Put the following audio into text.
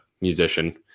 musician